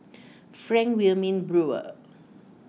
Frank Wilmin Brewer